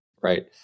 right